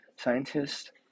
Scientists